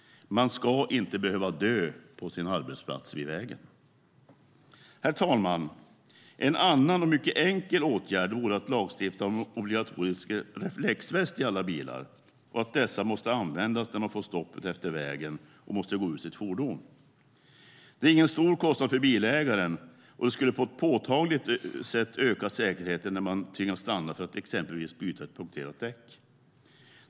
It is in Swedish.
Man ska inte behöva dö på sin arbetsplats vid vägen. Herr talman! En annan och mycket enkel åtgärd vore att lagstifta om obligatorisk reflexväst i alla bilar och att dessa måste användas när man fått stopp utefter vägen och måste gå ur sitt fordon. Det är ingen stor kostnad för bilägaren, men det skulle på ett påtagligt sätt öka säkerheten när man tvingas stanna för att exempelvis byta ett punkterat däck.